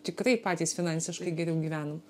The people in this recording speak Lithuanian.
tikrai patys finansiškai geriau gyvenam